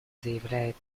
заявляет